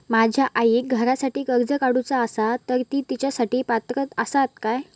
माझ्या आईक घरासाठी कर्ज काढूचा असा तर ती तेच्यासाठी पात्र असात काय?